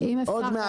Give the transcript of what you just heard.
תרשמי,